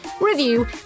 review